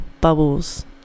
bubbles